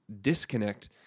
disconnect